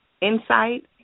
insight